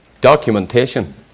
documentation